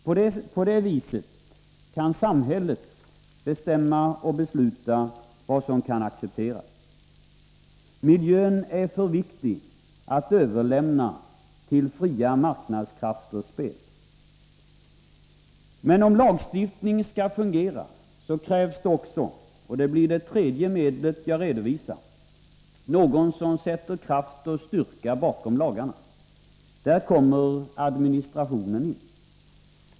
På det viset kan samhället bestämma vad som kan accepteras. Miljön är för viktig för att överlåtas till fria marknadskrafters spel. Men om lagstiftningen skall fungera krävs det också — och det blir det tredje medlet som jag redovisar — någon som sätter kraft bakom lagarna. Här kommer administrationen in.